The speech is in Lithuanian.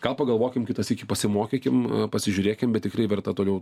gal pagalvokim kitą sykį pasimokykim pasižiūrėkim bet tikrai verta toliau